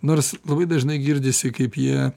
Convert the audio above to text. nors labai dažnai girdisi kaip jie